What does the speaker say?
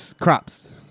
crops